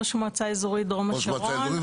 ראש מועצה אזורית דרום השרון ויו"ר ועדת תכנון.